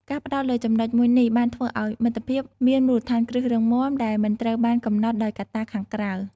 ការផ្តោតលើចំណុចរួមនេះបានធ្វើឲ្យមិត្តភាពមានមូលដ្ឋានគ្រឹះរឹងមាំ ដែលមិនត្រូវបានកំណត់ដោយកត្តាខាងក្រៅ។